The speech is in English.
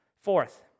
Fourth